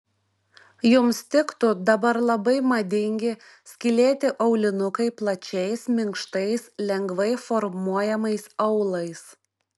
jums tiktų dabar labai madingi skylėti aulinukai plačiais minkštais lengvai formuojamais aulais